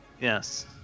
Yes